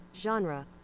Genre